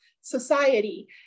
society